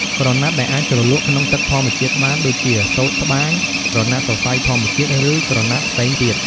ក្រណាត់ដែលអាចជ្រលក់ ក្នុងទឹកធម្មជាតិបាន ដូចជា សូត្រត្បាញ ក្រណាត់សរសៃធម្មជាតិ ឬក្រណាត់ផ្សេងទៀត។